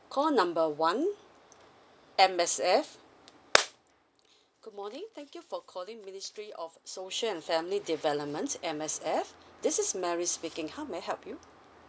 call number one M_S_F good morning thank you for calling ministry of social and family development M_S_F this is mary speaking how may I help you